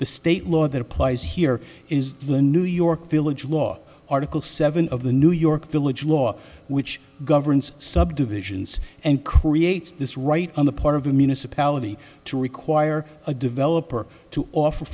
the state law that applies here is the new york village law article seven of the new york village law which governs subdivisions and creates this right on the part of the municipality to require a developer to offer